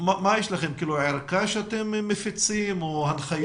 מה יש לכם, ערכה שאתם מפיצים או הנחיות?